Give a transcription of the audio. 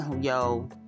yo